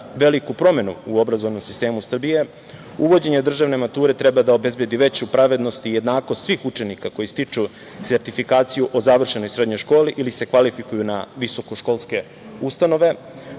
veliku promenu u obrazovnom sistemu Srbije. Uvođenje državne mature treba da obezbedi veću pravednost i jednakost svih učenika koji stiču sertifikaciju o završenoj srednjoj školi ili se kvalifikuju na visokoškolske ustanove.